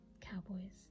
cowboys